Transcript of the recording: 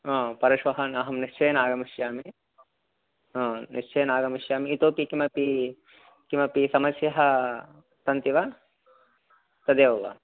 हा परश्वः अहं निश्चयेन आगमिष्यामि हा निश्चयेन आगमिष्यामि इतोपि किमपि किमपि समस्याः सन्ति वा तदेव वा